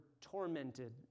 tormented